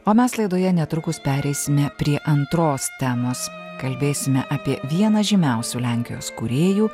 o mes laidoje netrukus pereisime prie antros temos kalbėsime apie vieną žymiausių lenkijos kūrėjų